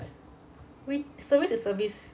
wait service is service